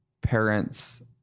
parents